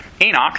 Enoch